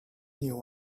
new